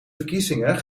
verkiezingen